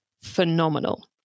phenomenal